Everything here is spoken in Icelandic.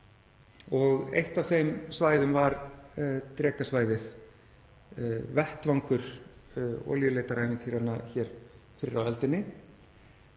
Eitt af þeim svæðum var Drekasvæðið, vettvangur olíuleitarævintýranna hér fyrr á öldinni.